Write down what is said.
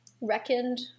reckoned